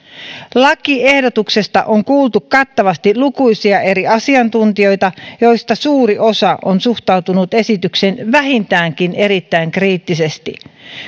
lakiehdotuksesta on kuultu kattavasti lukuisia eri asiantuntijoita joista suuri osa on suhtautunut esitykseen vähintäänkin erittäin kriittisesti